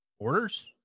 orders